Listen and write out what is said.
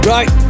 Right